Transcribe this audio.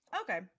Okay